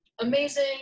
amazing